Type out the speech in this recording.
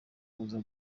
kuza